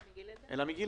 זה מגיל לידה.